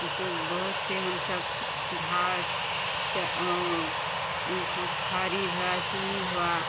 उसके बहुत से हम सब घास उनको ख़रीब है चुनिब हुआ